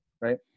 right